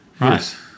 right